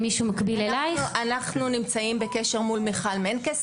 מישהו מקביל לך?) אנחנו נמצאים בקשר מול מיכל מנקס,